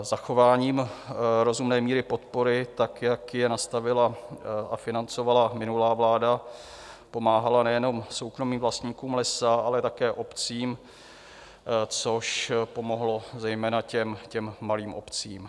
Zachováním rozumné míry podpory tak, jak je nastavila a financovala minulá vláda, pomáhala nejenom soukromým vlastníkům lesa, ale také obcím, což pomohlo zejména těm malým obcím.